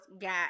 got